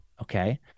okay